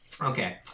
Okay